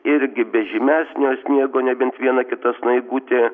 irgi be žymesnio sniego nebent viena kita snaigutė